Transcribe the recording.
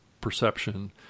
perception